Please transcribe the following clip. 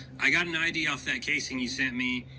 i got an id off that casing you sent me.